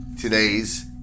Today's